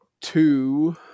Two